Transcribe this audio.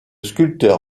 sculpteur